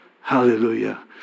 Hallelujah